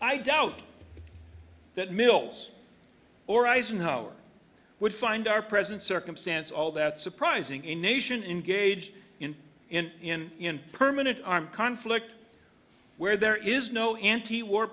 doubt that mills or eisenhower would find our present circumstance all that surprising a nation in gauge in in in in permanent armed conflict where there is no anti war